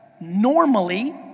normally